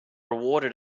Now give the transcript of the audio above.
awarded